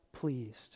pleased